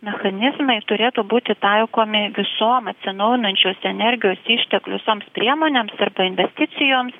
mechanizmai turėtų būti taikomi visom atsinaujinančios energijos išteklių visoms priemonėms arba investicijoms